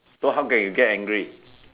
so how can you get angry